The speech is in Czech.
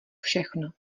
všechno